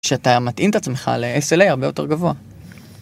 שאתה מתאים את עצמך ל-SLA הרבה יותר גבוה.